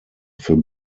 für